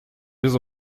без